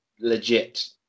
legit